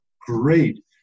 great